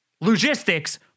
logistics